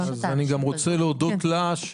אז אני רוצה להודות לה,